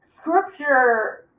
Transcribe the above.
scripture